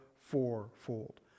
fourfold